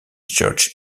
search